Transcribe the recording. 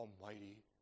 almighty